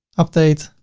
update,